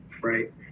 right